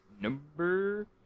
number